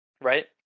right